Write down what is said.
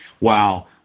Wow